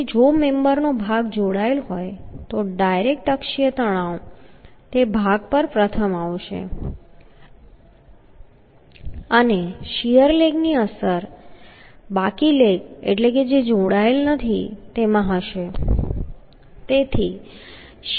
તેથી જો મેમ્બરનો ભાગ જોડાયેલ હોય તો ડાયરેક્ટ અક્ષીય તણાવ તે ભાગ પર પ્રથમ આવશે અને શીયર લેગની અસર બાકી લેગ એટલે કે જે જોડાયેલ નથી તેમાં હશે